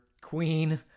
Queen